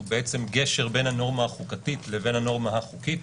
הוא גשר בין הנורמה החוקתית לבין הנורמה החוקית.